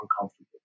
uncomfortable